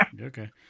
Okay